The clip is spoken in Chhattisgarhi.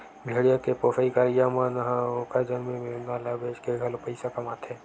भेड़िया के पोसई करइया मन ह ओखर जनमे मेमना ल बेचके घलो पइसा कमाथे